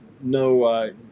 no